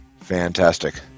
fantastic